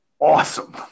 awesome